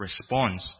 response